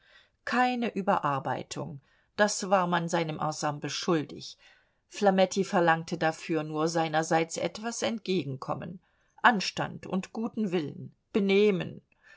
keine überarbeitung das war man seinem ensemble schuldig flametti verlangte dafür nur seinerseits etwas entgegenkommen anstand und guten willen benehmen